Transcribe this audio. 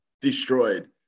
destroyed